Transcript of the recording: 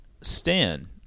Stan